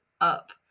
up